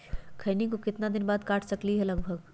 खैनी को कितना दिन बाद काट सकलिये है लगभग?